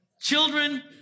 Children